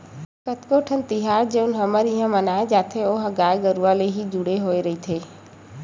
कतको ठन तिहार जउन हमर इहाँ मनाए जाथे ओहा गाय गरुवा ले ही जुड़े होय रहिथे